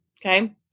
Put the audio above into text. Okay